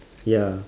ya